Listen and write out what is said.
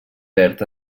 verd